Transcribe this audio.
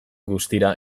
guztira